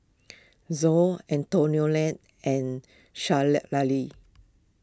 Zoa Antoinette and Shelley Lali